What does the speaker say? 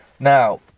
Now